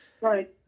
Right